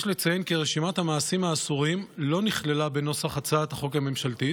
יש לציין כי רשימת המעשים האסורים לא נכללה בנוסח הצעת החוק הממשלתית,